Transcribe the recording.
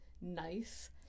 nice